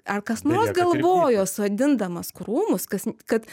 ar kas nors galvojo sodindamas krūmus kas kad